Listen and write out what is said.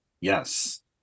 yes